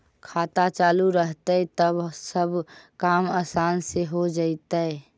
खाता चालु रहतैय तब सब काम आसान से हो जैतैय?